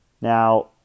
Now